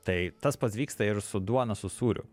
tai tas pats vyksta ir su duona su sūriu